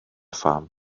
pham